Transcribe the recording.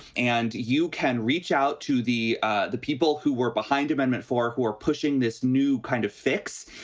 and you can reach out to the ah the people who were behind amendment four who are pushing this new kind of fix,